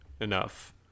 enough